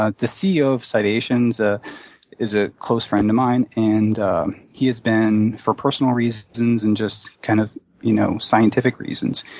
ah the ceo of scivation is ah is a close friend of mine, and he has been, for personal reasons and just kind of you know scientific reasons,